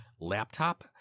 laptop